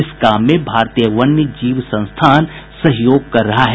इस काम में भारतीय वन्य जीव संस्थान सहयोग कर रहा है